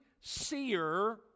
seer